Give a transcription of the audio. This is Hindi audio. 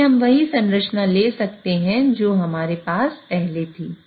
इसलिए हम वही संरचना ले सकते हैं जो हमारे पास पहले थी